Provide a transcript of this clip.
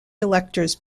electors